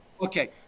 Okay